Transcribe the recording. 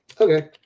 Okay